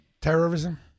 terrorism